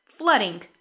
Flooding